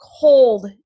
cold